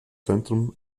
zentrum